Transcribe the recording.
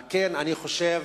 על כן אני חושב